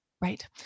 Right